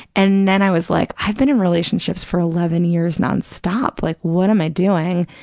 and then i was like, i've been in relationships for eleven years non-stop, like what am i doing?